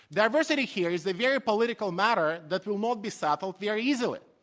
diversity here is a very political matter that will not be settled very easily.